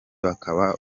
bakaba